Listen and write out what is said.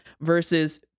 versus